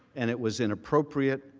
and it was inappropriate,